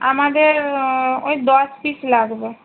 আমাদের ওই দশ পিস লাগবে